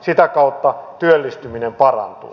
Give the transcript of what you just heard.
sitä kautta työllistyminen parantuu